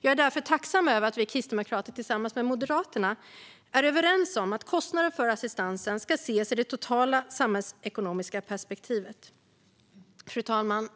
Jag är därför tacksam över att vi kristdemokrater är överens med Moderaterna om att kostnaden för assistansen ska ses i det totala samhällsekonomiska perspektivet. Fru talman!